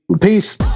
Peace